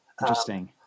Interesting